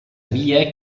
via